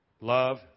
Love